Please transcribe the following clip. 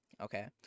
Okay